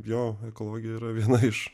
jo ekologija yra viena iš